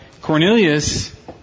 Cornelius